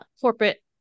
corporate